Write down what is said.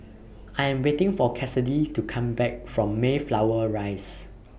I Am waiting For Cassidy to Come Back from Mayflower Rise